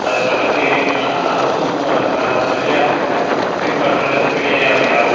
அது சட்டத்தை இயக்கினாங்க அதுவும் இப்ப சா சரியாக பின்பற்றுவது கிடையாது யாரும்